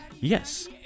Yes